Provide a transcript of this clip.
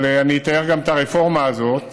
אבל אני גם אתאר את הרפורמה הזאת,